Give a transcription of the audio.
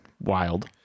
Wild